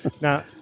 Now